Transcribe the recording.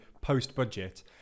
post-budget